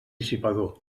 dissipador